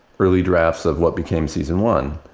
early drafts of what became season one.